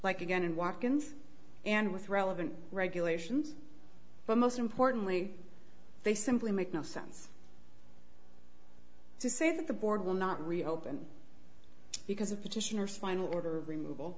like again and watkins and with relevant regulations but most importantly they simply make no sense to say that the board will not reopen because a petition or final order